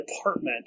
department